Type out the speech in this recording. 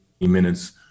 minutes